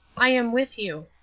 i am with you.